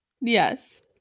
Yes